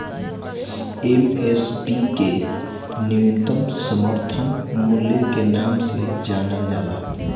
MSP के न्यूनतम समर्थन मूल्य के नाम से जानल जाला